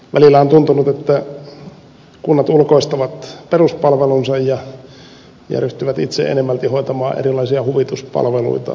välillä on tuntunut että kunnat ulkoistavat peruspalvelunsa ja ryhtyvät itse enemmälti hoitamaan erilaisia huvituspalveluita ja se ei ole oikea linja